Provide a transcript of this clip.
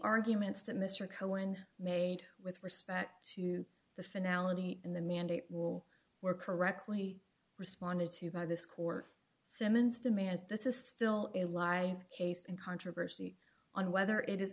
arguments that mr cohen made with respect to the finality and the mandate will work correctly responded to by this court summons demand this is still a lie case and controversy on whether it is